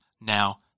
Now